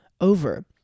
over